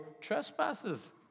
trespasses